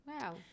wow